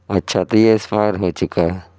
اچھا تو یہ ایسپائر ہو چکا ہے